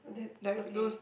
oh that okay